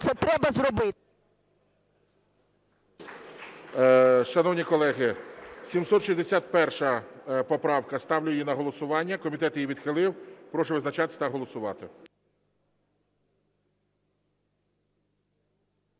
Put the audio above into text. Це треба зробити. ГОЛОВУЮЧИЙ. Шановні колеги, 761 поправка. Ставлю її на голосування. Комітет її відхилив. Прошу визначатися та голосувати.